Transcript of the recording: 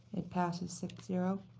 it passes six zero.